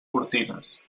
cortines